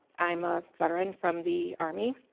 i'm a veteran from the army.